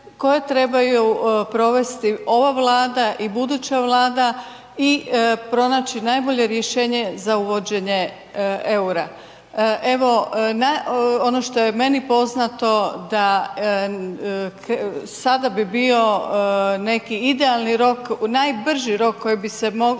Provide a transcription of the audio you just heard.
koje trebaju provesti ova Vlada i buduća Vlada i pronaći najbolje rješenje za uvođenje eura. Evo ono što je meni poznato da sada bi bio neki idealni rok, najbrži rok koji bi se moglo